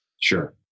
Sure